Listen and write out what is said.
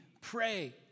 pray